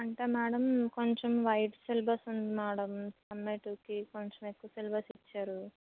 అంటే మేడమ్ కొంచెం wide syllabus ఉంది మేడమ్ సమ్మేటివ్కి కొంచెం ఎక్కువ సిలబస్ ఇచ్చారు